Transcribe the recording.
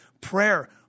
prayer